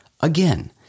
Again